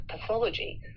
pathology